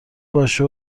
باشه